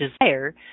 desire